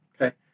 Okay